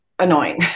annoying